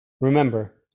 Remember